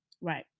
right